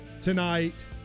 tonight